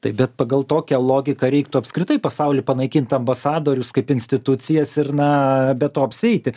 taip bet pagal tokią logiką reiktų apskritai pasauly panaikint ambasadorius kaip institucijas ir na be to apsieiti